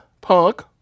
Punk